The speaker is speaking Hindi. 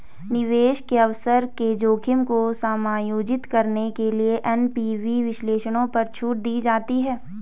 निवेश के अवसर के जोखिम को समायोजित करने के लिए एन.पी.वी विश्लेषणों पर छूट दी जाती है